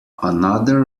another